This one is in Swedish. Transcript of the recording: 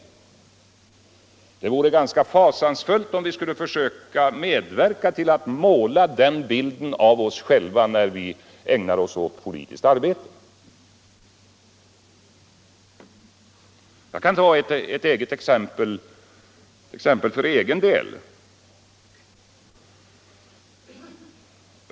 Det vore ganska fasansfullt, om vi som ägnar oss åt politiskt arbete skulle medverka till att måla den bilden av oss själva. Jag kan ta ett exempel från min egen erfarenhet.